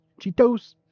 Cheetos